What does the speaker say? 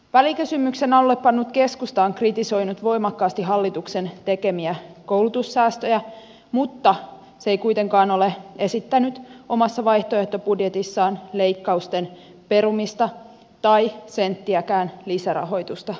välikysymyksen alulle pannut keskusta on kritisoinut voimakkaasti hallituksen tekemiä koulutussäästöjä mutta se ei kuitenkaan ole esittänyt omassa vaihtoehtobudjetissaan leikkausten perumista tai senttiäkään lisärahoitusta koulutukseen